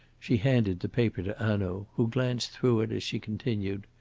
she handed the paper to hanaud, who glanced through it as she continued.